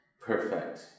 perfect